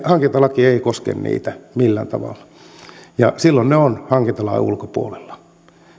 hankintalaki ei koske niitä millään tavalla ja silloin ne ovat hankintalain ulkopuolella